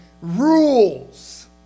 rules